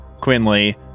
Quinley